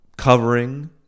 Covering